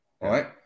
Right